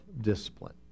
discipline